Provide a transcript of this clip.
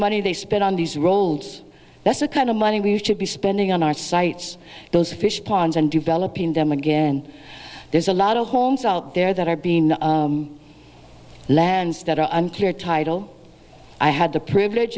money they spend on these rolls that's the kind of money we should be spending on our sites those fishponds and developing them again there's a lot of homes out there that are being lands that are unclear title i had the privilege